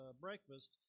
breakfast